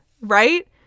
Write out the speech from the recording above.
right